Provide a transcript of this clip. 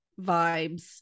vibes